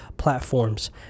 platforms